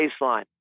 baseline